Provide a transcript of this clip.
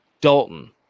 Dalton